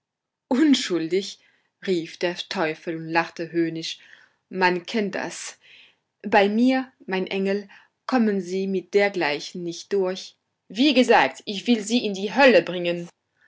unschuldig rief der teufel und lachte höhnisch man kennt das bei mir mein engel kommen sie mit dergleichen nicht durch wie gesagt ich will sie in die hölle bringen